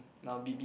now B_B